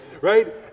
right